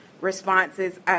responses